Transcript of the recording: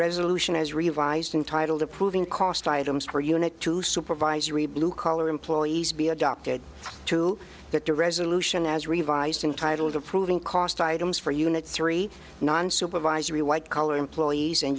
resolution is revised entitled approving cost items per unit to supervisory blue collar employees be adopted to get the resolution as revised entitled approving cost items for units three non supervisory white collar employees and